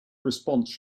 response